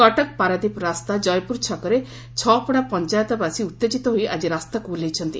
କଟକ ପାରାଦ୍ୱୀପ ରାସ୍ତା କୟପୁର ଛକରେ ଛପଡ଼ା ପଞାୟତବାସୀ ଉଉେଜିତ ହୋଇ ଆଜି ରାସ୍ତାକୁ ଓହ୍ଲାଇଛନ୍ତି